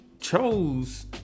Chose